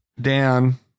Dan